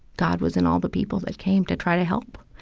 god was in all the people that came to try to help,